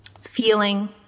feeling